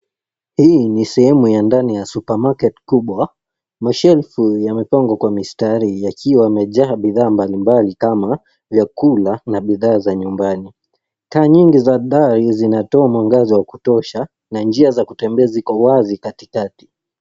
Hii ni sehemu ya ndani ya (cs) supermarket (cs)kubwa, ma(cs) shelf(cs) yamepangwa kwa mistari yakiwa yamejaa bidhaa mbalimbali kama vyakula na bidhaa za nyumbani . Taa nyingi za dari zinatoa mwangaza wa kutosha, na njia za kutembea ziko wazi katikati.